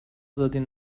دادین